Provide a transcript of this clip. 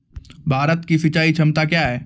भारत की सिंचाई क्षमता क्या हैं?